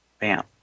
Bam